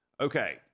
Okay